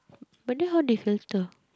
but then how they censor